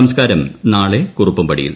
സംസ്കാരം നാളെ കുറുപ്പുംപടിയിൽ